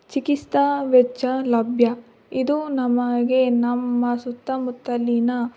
ಚಿಕಿತ್ಸಾ ವೆಚ್ಚ ಲಭ್ಯ ಇದು ನಮಗೆ ನಮ್ಮ ಸುತ್ತಮುತ್ತಲಿನ